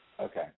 Okay